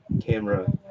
camera